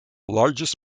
largest